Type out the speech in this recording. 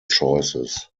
choices